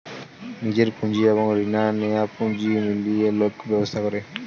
নিজের পুঁজি এবং রিনা নেয়া পুঁজিকে মিলিয়ে লোক ব্যবসা করে